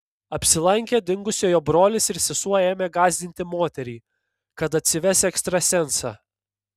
apsilankę dingusiojo brolis ir sesuo ėmė gąsdinti moterį kad atsives ekstrasensą